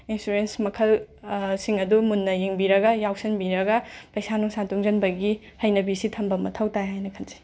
insurance ꯃꯈꯜ ꯁꯤꯡ ꯑꯗꯨ ꯃꯨꯟꯅ ꯌꯦꯡꯕꯤꯔꯒ ꯌꯥꯎꯁꯟꯕꯤꯔꯒ ꯄꯩꯁꯥ ꯅꯨꯡꯁꯥ ꯇꯨꯡꯁꯤꯟꯕꯒꯤ ꯍꯩꯅꯕꯤꯁꯤ ꯊꯝꯕ ꯃꯊꯧ ꯇꯥꯏ ꯍꯥꯏꯅ ꯈꯟꯖꯩ